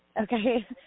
Okay